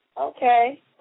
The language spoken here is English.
Okay